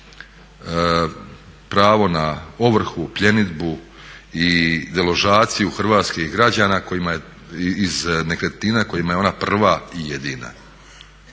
pravo na ovrhu, pljenidbu i deložaciju hrvatskih građana iz nekretnina kojima je ona prva i jedina.